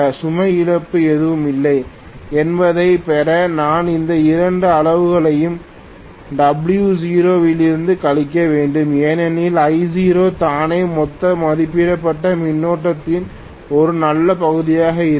சுமை இழப்பு எதுவுமில்லை என்பதைப் பெற நான் இந்த இரண்டு அளவுகளையும் W0 இலிருந்து கழிக்க வேண்டும் ஏனெனில் I0 தானே மொத்த மதிப்பிடப்பட்ட மின்னோட்டத்தின் ஒரு நல்ல பகுதியாக இருக்கும்